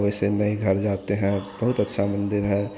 वैसे नहीं घर जाते हैं बहुत अच्छा मंदिर है